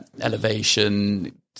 elevation